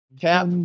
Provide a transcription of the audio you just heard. Cap